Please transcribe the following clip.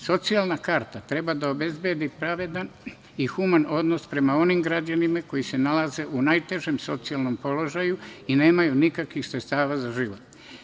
Socijalna karta treba da obezbedi pravedan i human odnos prema onim građanima koji se nalaze u najtežem socijalnom položaju i nemaju nikakvih sredstava za život.